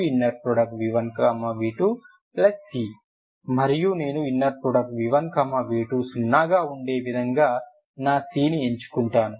v2v2v1v2c మరియు నేను v1v2 సున్నాగా ఉండే విధంగా నా c ని ఎంచుకుంటున్నాను